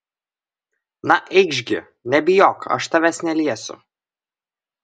na eikš gi nebijok aš tavęs neliesiu